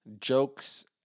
Jokes